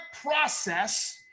process